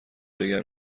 بگم